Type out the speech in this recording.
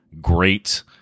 great